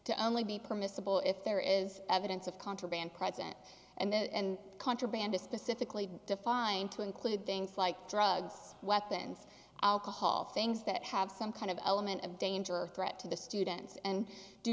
to only be permissible if there is evidence of contraband present and contraband or specifically defined to include things like drugs weapons alcohol things that have some kind of element of danger or threat to the students and do